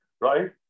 right